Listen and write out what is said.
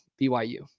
BYU